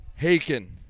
Haken